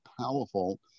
powerful